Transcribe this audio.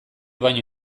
baino